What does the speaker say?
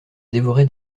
dévorait